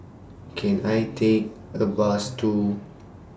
Can I Take A Bus to